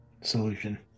solution